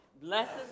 blesses